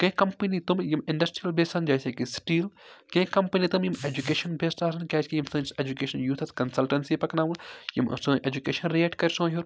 کیٚنٛہہ کَمپٔنی تِمہٕ یِمہٕ اِنڈَسٹِرٛیل بیسَن جیسے کہِ سِٹیٖل کیٚنٛہہ کَمپٔنی تِم یِم ایٚجوٗکیشَن بیٚسڈ آسَن کیٛازِکہِ یِم سٲنِس ایٚجوٗکیشَن یوٗتھَس کَنسَلٹَنسی پَکنان یِم سٲنۍ ایٚجوٗکیشَن ریٹ کَرِ سون ہیٚور